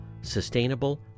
sustainable